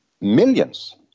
millions